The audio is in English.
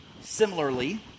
similarly